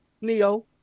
Neo